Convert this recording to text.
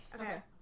Okay